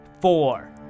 four